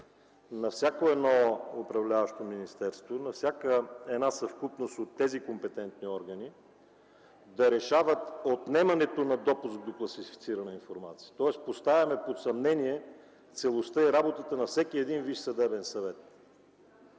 на всяко едно управляващо министерство, на всяка една съвкупност от тези компетентни органи, да решават отнемането на допуск до класифицирана информация, тоест поставяме под съмнение целостта и работата на всеки един Висш съдебен съвет.